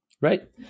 Right